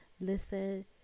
listen